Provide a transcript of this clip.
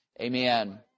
Amen